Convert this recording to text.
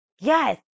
Yes